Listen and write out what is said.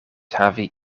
havi